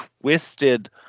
twisted